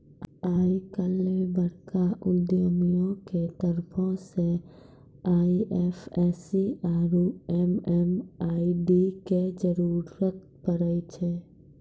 आइ काल्हि बड़का उद्यमियो के तरफो से आई.एफ.एस.सी आरु एम.एम.आई.डी के जरुरत पड़ै छै